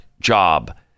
job